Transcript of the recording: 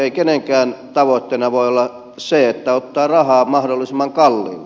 ei kenenkään tavoitteena voi olla se että ottaa rahaa mahdollisimman kalliilla